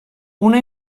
una